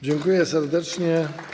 Dziękuję serdecznie.